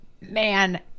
man